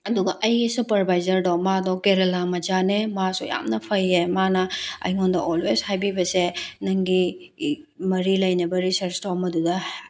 ꯑꯗꯨꯒ ꯑꯩꯒꯤ ꯁꯨꯄꯔꯚꯥꯏꯖꯔꯗꯣ ꯃꯗꯣ ꯀꯦꯔꯦꯂꯥ ꯃꯆꯥꯅꯦ ꯃꯥꯁꯨ ꯌꯥꯝꯅ ꯐꯩꯌꯦ ꯃꯥꯅ ꯑꯩꯉꯣꯟꯗ ꯑꯣꯜꯋꯦꯖ ꯍꯥꯏꯕꯤꯕꯁꯦ ꯅꯪꯒꯤ ꯃꯔꯤ ꯂꯩꯅꯕ ꯔꯤꯁꯔꯁ ꯇꯣ ꯃꯗꯨꯗ